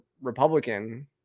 Republican